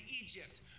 Egypt